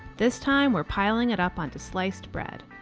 this time we're piling it up onto sliced bread,